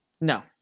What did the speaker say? No